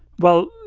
well,